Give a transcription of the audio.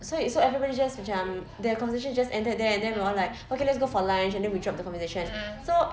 so is so everybody just macam the conversation just ended there and all like okay let's go for lunch and then we drop the conversation so